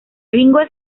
ringo